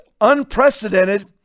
unprecedented